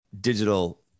digital